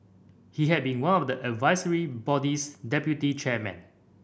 he had been one of the advisory body's deputy chairmen